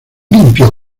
limpio